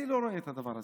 אני לא רואה את הדבר הזה.